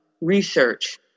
research